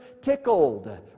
tickled